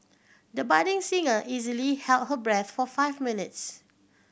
the budding singer easily held her breath for five minutes